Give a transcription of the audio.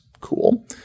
cool